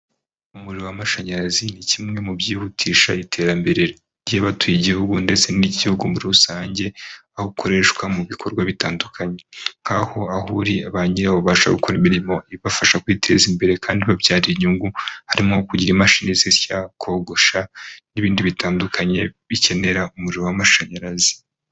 Umuriro w'amashanyarazi ni kimwe mu byihutisha iterambere ry'abatuye igihugu ndetse n'igihugu muri rusange aho ukoreshwa mu bikorwa bitandukanye. Nk'aho aho uri banyirawo babasha gukora imirimo ibafasha kwiteza imbere kandi ibabyarira inyungu harimo kugira imashini zisya, kogosha n'ibindi bitandukanye bikenera umuriro w'amashanyarazi.